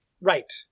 Right